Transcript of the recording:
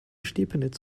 stepenitz